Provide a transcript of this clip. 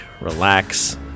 relax